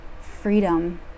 freedom